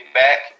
back